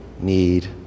need